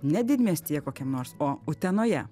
ne didmiestyje kokiam nors o utenoje